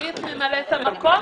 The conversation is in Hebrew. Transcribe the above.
תמצאי את ממלאת המקום,